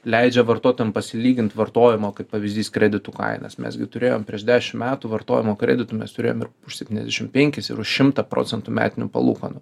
leidžia vartotojam pasilygint vartojimo kaip pavyzdys kreditų kainas mes gi turėjom prieš dešimt metų vartojimo kreditų mes turėjom ir už septyniasdešimt penkis ir už šimtą procentų metinių palūkanų